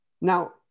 Now